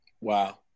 Wow